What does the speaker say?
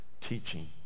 Teaching